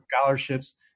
scholarships